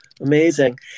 Amazing